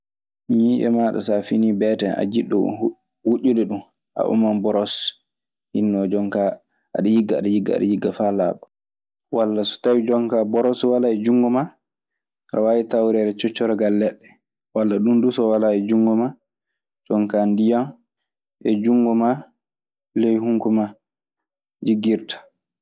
Ñiiƴe maaɗa, so a finii beeten a jiɗɗo wuƴƴude ɗum, a ɓaman borosi, hinnoo jonkaa aɗa yigga faa laaɓa. Walla so tawii jonkaa boros walaa e junngo maa, aɗe waawi tawreede coccorgal leɗɗe. Walla ɗun duu so wanaa e junngo maa, jonkaa, ndiyan e junngo maa ley hunko maa njiggirtaa.